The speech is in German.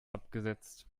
abgesetzt